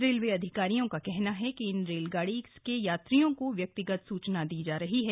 railway अधिकारियों का कहना है कि इन रेलगाडी के यात्रियों को व्यक्तिगत सुचना दी जा रही है